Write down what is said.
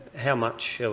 how much,